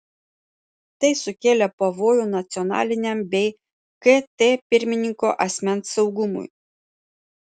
tai sukėlė pavojų nacionaliniam bei kt pirmininko asmens saugumui